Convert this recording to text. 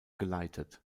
geleitet